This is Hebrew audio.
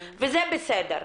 וזה בסדר.